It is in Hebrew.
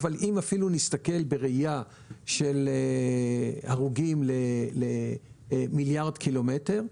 אבל אם אפילו נסתכל בראייה של הרוגים למיליארד קילומטר,